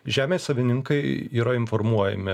žemės savininkai yra informuojami